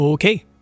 Okay